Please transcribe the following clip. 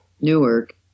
Newark